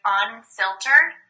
unfiltered